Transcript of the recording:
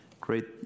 Great